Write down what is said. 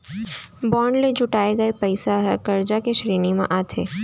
bond ले जुटाए गये पइसा ह करजा के श्रेणी म आथे